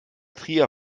trier